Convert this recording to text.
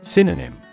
Synonym